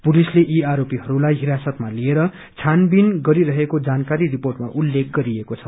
पुलिसले यी आरोपीहरूलाई हिरासतमा लिएर छानवीन गरिरहेको जानकारी रिर्पोअमा उल्लेख गरिएको छ